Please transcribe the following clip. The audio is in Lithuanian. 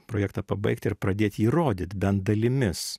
projektą pabaigt ir pradėt jį rodyt bent dalimis